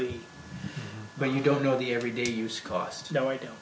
be but you don't know the every day use cost no idea